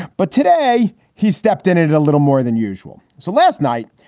but today he stepped in it it a little more than usual. so last night,